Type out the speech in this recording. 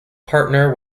partner